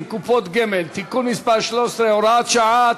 (קופות גמל) (תיקון מס' 13 והוראת שעה),